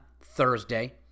Thursday